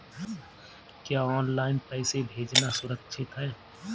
क्या ऑनलाइन पैसे भेजना सुरक्षित है?